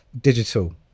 digital